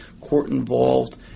Court-Involved